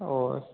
ಓ